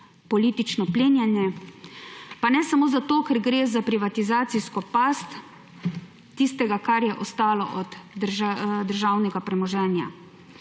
politično plenjenje, pa ne samo zato, ker gre za privatizacijsko past tistega, kar je ostalo od državnega premoženja.